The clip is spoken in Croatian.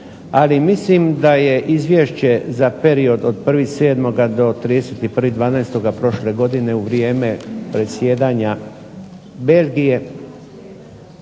ali mislim da je izvješće za period od 1.07. do 31.12. prošle godine u vrijeme predsjedanja Belgije